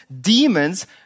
demons